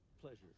Pleasure